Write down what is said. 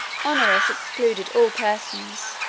honorius excluded all persons,